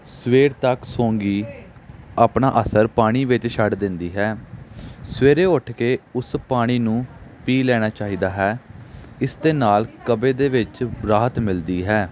ਸਵੇਰ ਤੱਕ ਸੋਗੀ ਆਪਣਾ ਅਸਰ ਪਾਣੀ ਵਿੱਚ ਛੱਡ ਦਿੰਦੀ ਹੈ ਸਵੇਰੇ ਉੱਠ ਕੇ ਉਸ ਪਾਣੀ ਨੂੰ ਪੀ ਲੈਣਾ ਚਾਹੀਦਾ ਹੈ ਇਸ ਦੇ ਨਾਲ ਕਬਜ਼ ਦੇ ਵਿੱਚ ਰਾਹਤ ਮਿਲਦੀ ਹੈ